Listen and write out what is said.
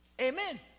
amen